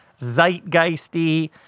zeitgeisty